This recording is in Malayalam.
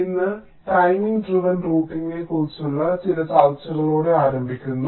ഇന്ന് ടൈമിംഗ് ഡ്രെവൻ റൂട്ടിംഗിനെക്കുറിച്ചുള്ള ചില ചർച്ചകളോടെ ആരംഭിക്കുന്നു